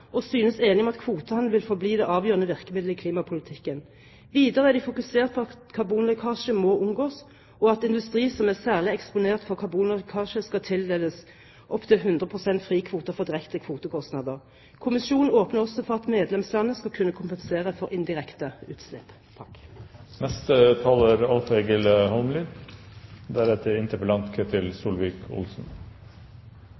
og synes å være enige om at kvotehandel vil forbli det avgjørende virkemiddelet i klimapolitikken. Videre er de fokusert på at karbonlekkasje må unngås, og at industri som er særlig eksponert for karbonlekkasje, skal tildeles opptil 100 pst. frikvoter for direkte kvotekostnader. Kommisjonen åpner også for at medlemslandene skal kunne kompensere for indirekte utslipp.